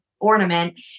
ornament